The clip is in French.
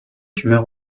tumeur